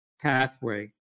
pathway